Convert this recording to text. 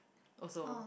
also